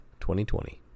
2020